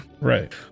Right